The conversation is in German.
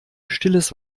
stilles